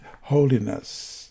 holiness